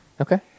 Okay